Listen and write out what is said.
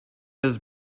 his